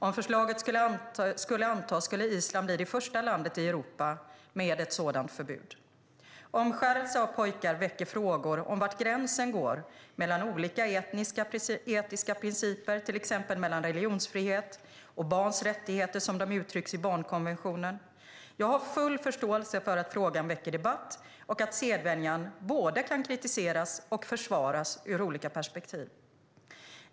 Om förslaget skulle antas skulle Island bli det första landet i Europa med ett sådant förbud. Omskärelse av pojkar väcker frågor om var gränsen går mellan olika etiska principer, till exempel mellan religionsfrihet och barns rättigheter som de uttrycks i barnkonventionen. Jag har full förståelse för att frågan väcker debatt och att sedvänjan både kan kritiseras och försvaras ur olika perspektiv.